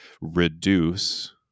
reduce